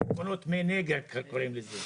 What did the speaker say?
שיטפונות מי נגר, קוראים לזה.